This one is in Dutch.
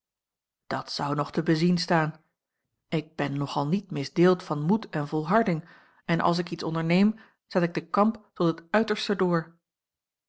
dat zou nog te bezien staan ik ben nogal niet misdeeld van moed en volharding en als ik iets onderneem zet ik den kamp tot het uiterste door